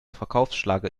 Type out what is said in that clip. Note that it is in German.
verkaufsschlager